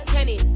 Kenny